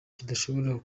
kidashobora